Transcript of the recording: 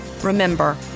remember